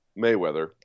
Mayweather